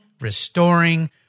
restoring